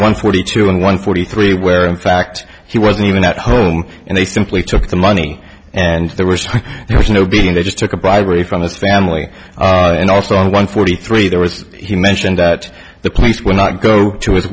one forty two and one forty three where in fact he was leaving that home and they simply took the money and there was there was no beating they just took a bribery from his family and also on one forty three there was he mentioned that the police would not go to his